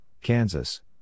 Kansas